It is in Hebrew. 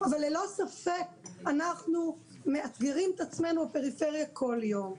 אבל ללא ספק אנחנו מאתגרים את עצמנו בפריפריה כל יום.